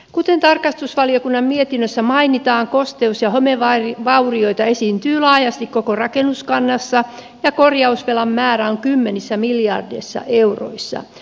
kuten tarkastusvaliokunnan mietinnössä mainitaan kosteus ja homevaurioita esiintyy laajasti koko rakennuskannassa ja korjausvelan määrä on kymmenissä miljardeissa euroissa